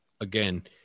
again